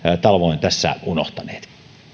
unohtaneet